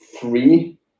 three